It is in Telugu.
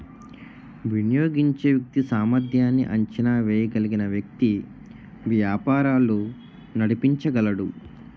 వినియోగించే వ్యక్తి సామర్ధ్యాన్ని అంచనా వేయగలిగిన వ్యక్తి వ్యాపారాలు నడిపించగలడు